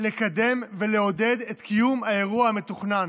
לקדם ולעודד את קיום האירוע המתוכנן.